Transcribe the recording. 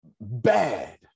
bad